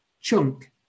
chunk